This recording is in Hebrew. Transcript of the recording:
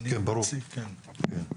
כן, ברור.